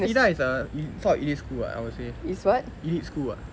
cedar is a top elite school [what] I would say elite school [what]